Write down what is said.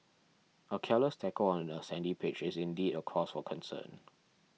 a careless tackle on a sandy pitch is indeed a cause for concern